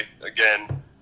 again